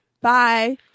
Bye